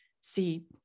see